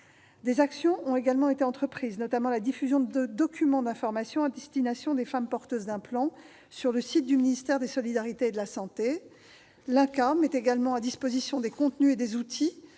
Des actions ont également été entreprises. Je pense notamment à la diffusion de documents d'information à destination des femmes porteuses d'implants sur le site du ministère des solidarités et de la santé. L'INCa met également à disposition des contenus et des outils